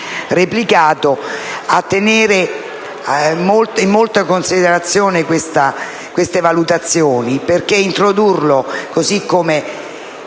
replicato, a tenere in grande considerazione queste valutazioni, perché introdurre, così come